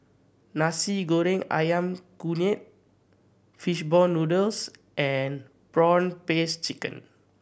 Nasi Goreng Ayam Kunyit fish ball noodles and prawn paste chicken